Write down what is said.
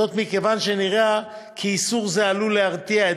זאת מכיוון שנראה כי איסור זה עלול להרתיע את